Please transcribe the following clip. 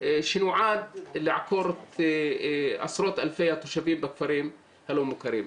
שנועד לעקור עשרות אלפי התושבים בכפרים הלא מוכרים,